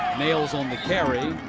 nails on the carry.